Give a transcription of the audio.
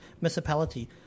municipality